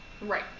Right